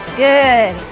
good